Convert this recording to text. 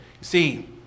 See